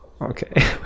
okay